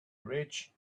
rich